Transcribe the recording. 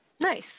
nice